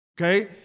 okay